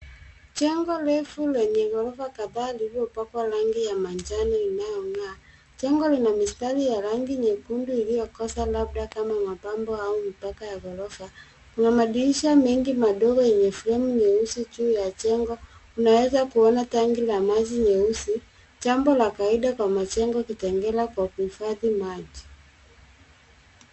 Jengo refu lenye ghorofa kadhaa lililopakwa rangi ya manjano inayong'aa. Jengo lina mistari ya rangi nyekundu iliyokoza labda kama mapambo au mipaka ya ghorofa. Kuna madirisha mengi madogo yenye fremu nyeusi juu ya jengo. Unaweza kuona tangi la maji nyeusi, jambo la kawaida kwa majengo Kitengela kwa kuhifadhi maji.